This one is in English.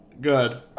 Good